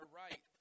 right